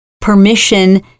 permission